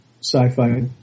sci-fi